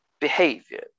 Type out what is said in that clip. behavior